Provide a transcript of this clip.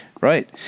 Right